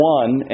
one